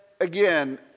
again